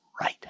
right